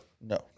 No